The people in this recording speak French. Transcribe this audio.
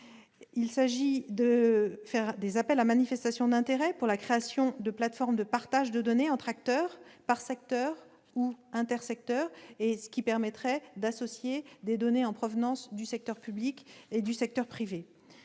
il s'agit de lancer des appels à manifestation d'intérêts pour la création de plateformes de partage de données entre acteurs, par secteur ou intersecteurs, ce qui permettrait d'associer des données en provenance du secteur public et du secteur privé.